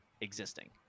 existing